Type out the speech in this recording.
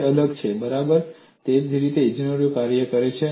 તે અલગ છે તે બરાબર છે અને તે રીતે ઇજનેરો કાર્ય કરે છે